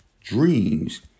Dreams